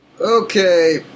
Okay